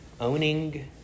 owning